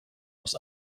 aus